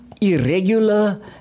irregular